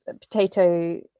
potato